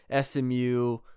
smu